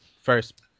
first